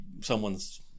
someone's